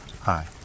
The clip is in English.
hi